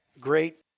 great